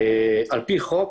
על פי חוק,